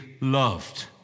loved